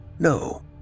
No